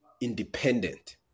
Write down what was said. independent